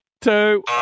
two